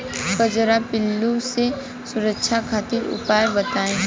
कजरा पिल्लू से सुरक्षा खातिर उपाय बताई?